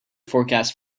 forecast